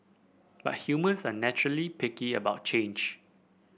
but humans are naturally prickly about change